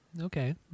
Okay